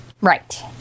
right